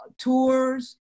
tours